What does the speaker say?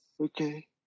Okay